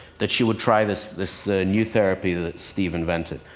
that she would try this this new therapy that steve invented.